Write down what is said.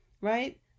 right